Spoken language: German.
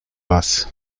was